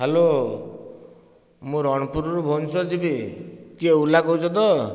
hello ମୁଁ ରଣପୁରରୁ ଭୁବନେଶ୍ୱର ଯିବି କିଏ ଓଲା କହୁଛ ତ